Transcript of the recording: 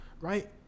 right